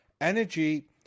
energy